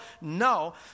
No